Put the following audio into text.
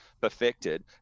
perfected